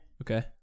Okay